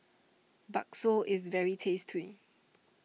Bakso is very tasty